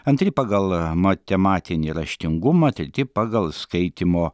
antri pagal matematinį raštingumą treti pagal skaitymo